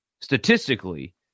statistically